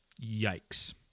Yikes